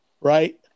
right